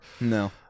no